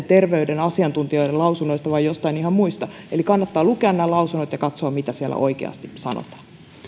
terveyden asiantuntijoiden lausunnoista vaan joistain ihan muista eli kannattaa lukea nämä lausunnot ja katsoa mitä siellä oikeasti sanotaan